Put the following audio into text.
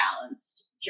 balanced